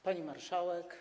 Pani Marszałek!